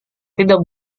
tidak